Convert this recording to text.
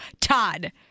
Todd